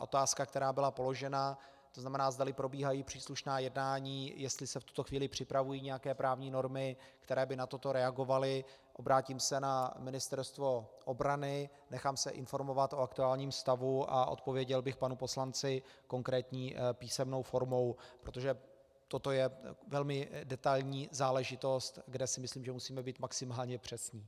Otázka, která byla položena, to znamená, zdali probíhají příslušná jednání, jestli se v tuto chvíli připravují nějaké právní normy, které by na toto reagovaly, obrátím se na Ministerstvo obrany, nechám se informovat o aktuálním stavu a odpověděl bych panu poslanci konkrétní písemnou formou, protože toto je velmi detailní záležitost, kde si myslím, že musíme být maximálně přesní.